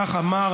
כך אמר,